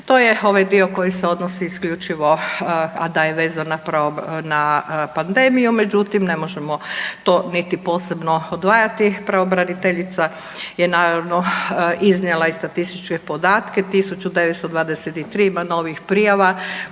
To je ovaj dio koji se odnosi isključivo, a da je vezana na pandemiju, međutim, ne može to niti posebno odvajati. Pravobraniteljica je naravno, iznijela i statističke podatke, 1923 ima novih prijava